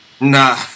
nah